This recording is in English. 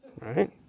Right